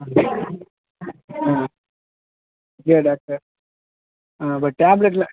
ஆ அப்படியா டாக்டர் ஆ இப்போ டேப்லெட்லாம்